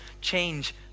change